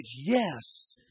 yes